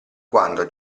quando